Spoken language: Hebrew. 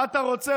מה אתה רוצה?